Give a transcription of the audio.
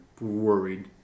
worried